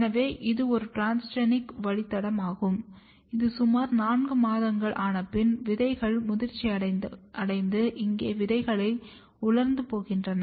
எனவே இது ஒரு டிரான்ஸ்ஜெனிக் வழித்தடம் ஆகும் இது சுமார் 4 மாதங்கள் ஆனப்பின் விதைகள் முதிர்ச்சியடைந்து இங்கே விதைகள் உலர்ந்து போகின்றன